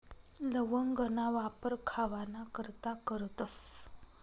लवंगना वापर खावाना करता करतस